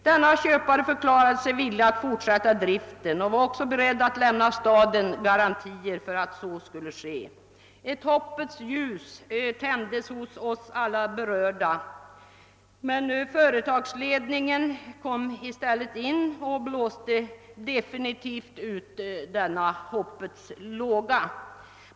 Denne köpare förklarade sig beredd att fortsätta driften och att lämna staden garantier för att så skulle ske. Ett hoppets ljus tändes hos alla berörda, men företagsledningen blåste definitivt ut denna låga.